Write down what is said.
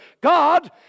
God